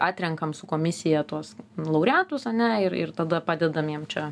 atrenkam su komisija tuos laureatus ane ir ir tada padedam jiem čia